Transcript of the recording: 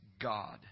God